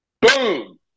Boom